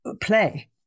play